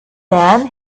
then